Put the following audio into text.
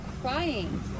crying